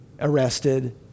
arrested